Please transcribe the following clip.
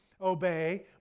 obey